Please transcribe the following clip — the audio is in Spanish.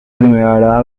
primera